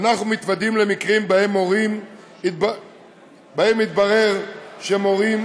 אנחנו מתוודעים למקרים שבהם מתברר שלמורים